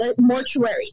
mortuary